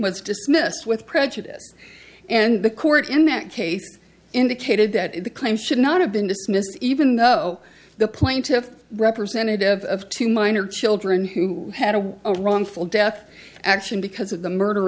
was dismissed with prejudice and the court in that case indicated that the claim should not have been dismissed even though the plaintiffs representative of two minor children who had a wrongful death action because of the murder